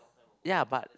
ya but